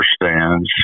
understands